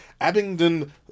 Abingdon